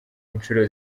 incuro